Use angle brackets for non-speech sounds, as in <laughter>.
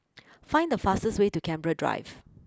<noise> find the fastest way to Canberra Drive